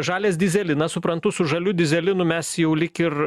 žalias dyzelinas suprantu su žaliu dyzelinu mes jau lyg ir